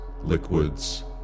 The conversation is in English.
liquids